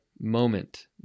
moment